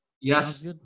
Yes